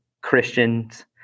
Christians